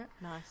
nice